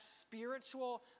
spiritual